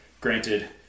granted